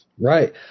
Right